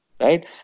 right